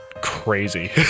crazy